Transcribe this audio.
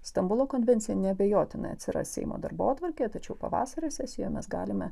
stambulo konvencija neabejotinai atsiras seimo darbotvarkėje tačiau pavasario sesijoje mes galime